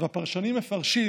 והפרשנים מפרשים